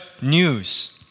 news